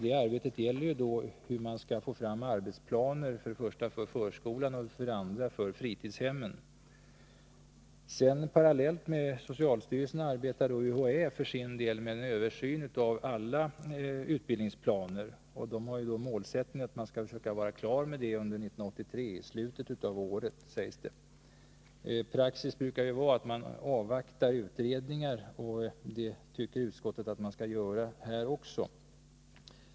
Det arbetet gäller hur man skall få fram arbetsplaner för det första för förskolan och för det andra för fritidshemmen. Parallellt med socialstyrelsen arbetar UHÄ för sin del med en översyn av alla utbildningsplaner. Det sägs att UHÄ har målsättningen att man skall försöka vara klar med det arbetet i slutet av 1983. Praxis är att man avvaktar utredningar, och det tycker utskottet att vi skall göra också här.